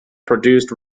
produced